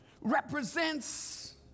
represents